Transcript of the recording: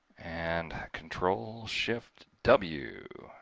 and control shift w.